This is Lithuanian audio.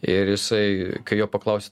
ir jisai kai jo paklaus